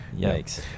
Yikes